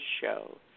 show